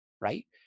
right